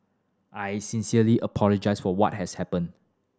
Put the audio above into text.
I sincerely apologise for what has happened